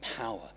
power